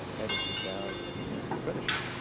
edited down, and became the finisher.